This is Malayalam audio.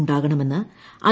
ഉണ്ടാകണമെന്ന് ഐ